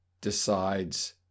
decides